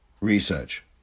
research